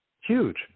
huge